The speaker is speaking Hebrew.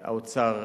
האוצר,